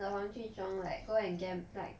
the 黄俊雄 like go and gam~ like